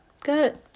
Good